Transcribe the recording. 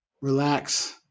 relax